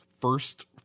first